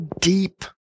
deep